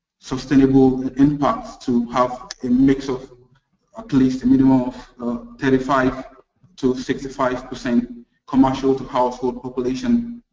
sustainable impact to have a mix of at least a minimum of thirty five to sixty five percent commercial to household population.